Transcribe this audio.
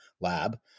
Lab